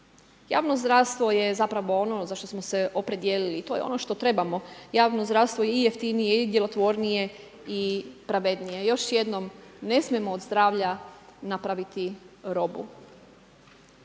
Javno zdravstvo je zapravo ono za što smo se opredijelili i to je ono što trebamo, javno zdravstvo i jeftinije i djelotvornije i pravednije. Još jednom, ne smijemo od zdravlja napraviti robu.